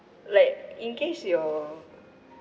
like in case your